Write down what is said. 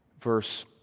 verse